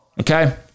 Okay